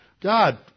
God